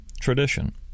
tradition